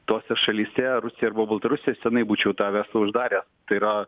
tose šalyse rusija arba baltarusija seniai būčiau tą verslą uždaręs tai yra